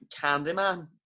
Candyman